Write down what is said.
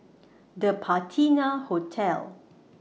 The Patina Hotel